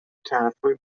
طرفای